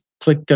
click